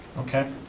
okay,